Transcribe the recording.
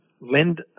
lend